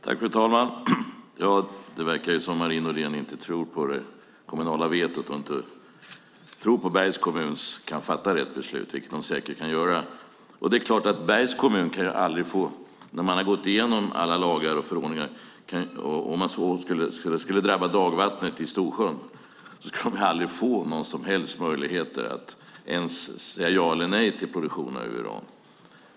Fru talman! Det verkar som att Marie Nordén inte tror på det kommunala vetot och inte tror på att Bergs kommun kan fatta rätt beslut, vilket de säkert kan göra. Det är klart att Bergs kommun aldrig, när man har gått igenom alla lagar och förordningar, om det skulle drabba dagvattnet i Storsjön skulle få några som helst möjligheter att ens säga ja eller nej till brytning av uran.